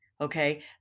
okay